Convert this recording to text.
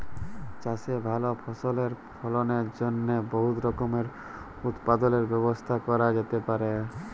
চাষে ভাল ফসলের ফলনের জ্যনহে বহুত রকমের উৎপাদলের ব্যবস্থা ক্যরা যাতে পারে